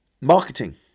Marketing